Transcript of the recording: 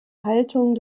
haltung